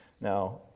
now